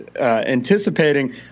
anticipating